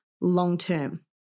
long-term